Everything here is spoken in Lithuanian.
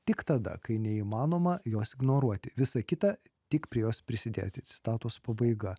tik tada kai neįmanoma jos ignoruoti visa kita tik prie jos prisidėti citatos pabaiga